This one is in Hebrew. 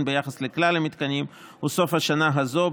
ביחס לכלל המתקנים הוא סוף השנה הזאת,